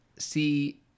See